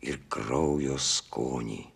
ir kraujo skonį